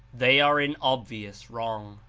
they are in obvious wrong.